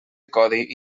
codi